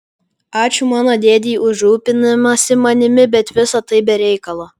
ačiū mano dėdei už rūpinimąsi manimi bet visa tai be reikalo